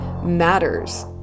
matters